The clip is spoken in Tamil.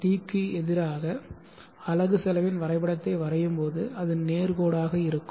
D க்கு எதிராக அலகு செலவின் வரைபடத்தை வரையும்போது அது நேர் கோடாக இருக்கும்